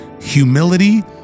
humility